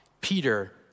Peter